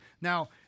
Now